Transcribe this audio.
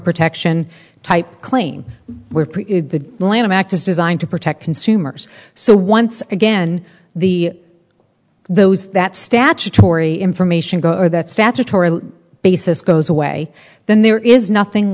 protection type claim were treated the lanham act is designed to protect consumers so once again the those that statutory information go over that statutory basis goes away then there is nothing